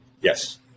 Yes